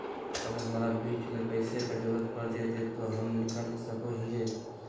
अगर हमरा बीच में पैसे का जरूरत पड़ जयते तो हम निकल सको हीये